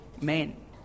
men